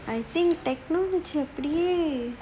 SafeEntry